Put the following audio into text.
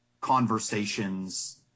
conversations